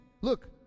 Look